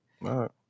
Right